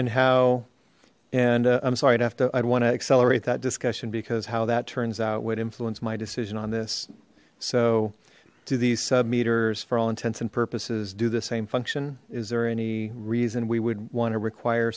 and how and i'm sorry i'd have to i'd want to accelerate that discussion because how that turns out would influence my decision on this so do these sub meters for all intents and purposes do the same function is there any reason we would want to require